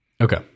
okay